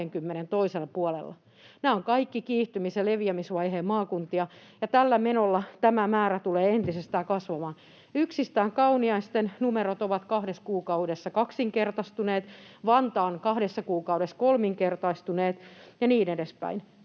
toisella puolella. Nämä ovat kaikki kiihtymis- ja leviämisvaiheen maakuntia, ja tällä menolla tämä määrä tulee entisestään kasvamaan. Yksistään Kauniaisten numerot ovat kahdessa kuukaudessa kaksinkertaistuneet, Vantaan kahdessa kuukaudessa kolminkertaistuneet ja niin edespäin.